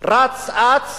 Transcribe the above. רץ אץ